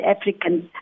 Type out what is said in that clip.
Africans